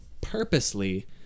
purposely